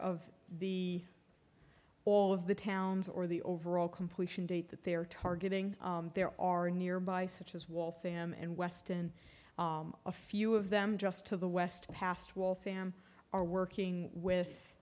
of the all of the towns or the overall completion date that they're targeting there are nearby such as waltham and weston a few of them just to the west past will fam are working with